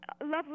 lovely